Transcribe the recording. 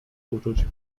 uczuć